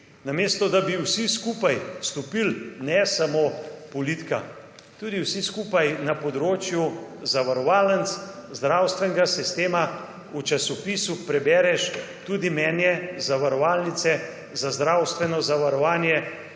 Namesto, da bi vsi skupaj stopili ne samo politika tudi vsi skupaj na področju zavarovalnic, zdravstvenega sistema v časopisu prebereš tudi mnenje Zavarovalnice za zdravstveno zavarovanje,